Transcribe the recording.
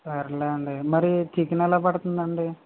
సర్లెండి మరి చికెనెలా పడుతుందండి